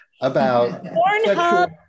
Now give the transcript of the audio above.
about-